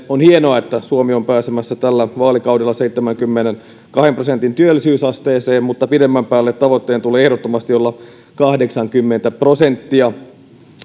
on hienoa että suomi on pääsemässä tällä vaalikaudella seitsemänkymmenenkahden prosentin työllisyysasteeseen mutta pidemmän päälle tavoitteen tulee ehdottomasti olla kahdeksankymmentä prosenttia